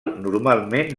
normalment